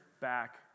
back